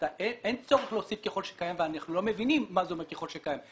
אין צורך להוסיף ככל שקיים ואנחנו לא מבינים מה זה אומר ככל שקיים.